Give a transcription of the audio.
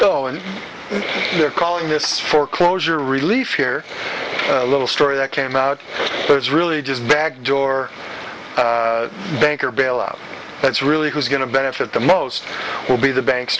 go and they're calling this foreclosure relief here a little story that came out but it's really just back door banker bailout that's really who's going to benefit the most will be the banks